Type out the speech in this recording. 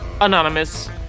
Anonymous